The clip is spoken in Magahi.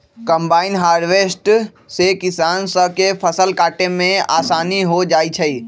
कंबाइन हार्वेस्टर से किसान स के फसल काटे में आसानी हो जाई छई